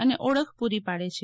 અને ઓળખ પૂરી પાડે છે